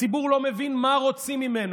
הציבור לא מבין מה רוצים ממנו.